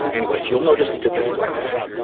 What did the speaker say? anyways, you'll notice a difference right away,